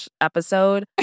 episode